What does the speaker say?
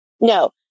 no